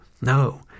No